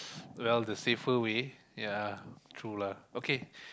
well the safer way ya ya true lah okay